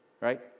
right